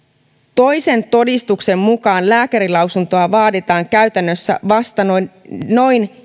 toisen uudistuksen mukaan lääkärinlausuntoa vaaditaan käytännössä vasta noin noin